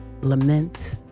lament